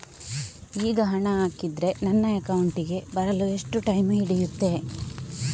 ಈಗ ಹಣ ಹಾಕಿದ್ರೆ ನನ್ನ ಅಕೌಂಟಿಗೆ ಬರಲು ಎಷ್ಟು ಟೈಮ್ ಹಿಡಿಯುತ್ತೆ?